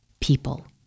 people